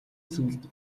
сүүлд